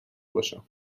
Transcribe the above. باشم